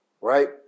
Right